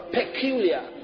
peculiar